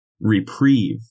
reprieve